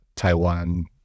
Taiwan